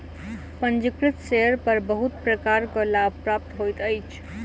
पंजीकृत शेयर पर बहुत प्रकारक लाभ प्राप्त होइत अछि